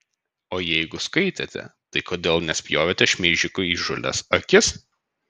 o jeigu skaitėte tai kodėl nespjovėte šmeižikui į įžūlias akis